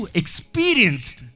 experienced